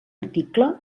article